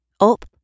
Up